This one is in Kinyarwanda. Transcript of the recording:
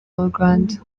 rwanda